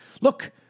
Look